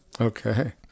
Okay